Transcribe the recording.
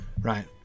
right